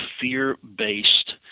fear-based